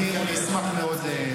אני אשמח מאוד.